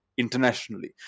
internationally